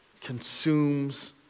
consumes